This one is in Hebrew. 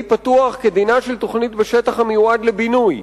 פתוח כדינה של תוכנית בשטח המיועד לבינוי,